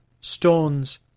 stones